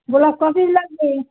গোলাপ ক পিস লাগবে